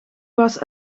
was